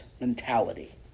mentality